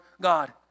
God